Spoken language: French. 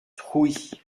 trouy